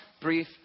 brief